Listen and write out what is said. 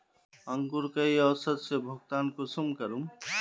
अंकूर कई औसत से भुगतान कुंसम करूम?